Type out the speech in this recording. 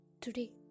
today